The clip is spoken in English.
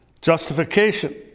Justification